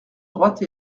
droite